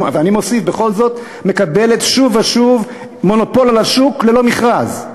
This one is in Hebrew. ואני מוסיף בכל זאת מקבלת שוב ושוב מונופול על השוק ללא מכרז,